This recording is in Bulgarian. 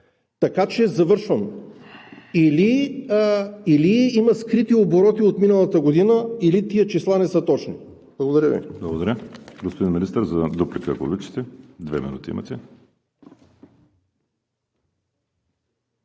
данъци? Завършвам – или има скрити обороти от миналата година, или тези числа не са точни. Благодаря Ви.